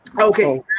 Okay